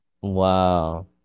Wow